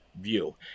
view